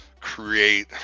create